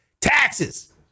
taxes